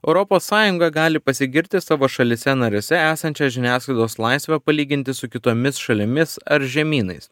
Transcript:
europos sąjunga gali pasigirti savo šalyse narėse esančia žiniasklaidos laisve palyginti su kitomis šalimis ar žemynais